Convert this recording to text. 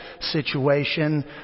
situation